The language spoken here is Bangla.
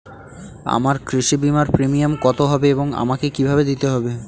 আমার কৃষি বিমার প্রিমিয়াম কত হবে এবং আমাকে কি ভাবে দিতে হবে?